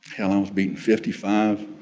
and i was beaten fifty five,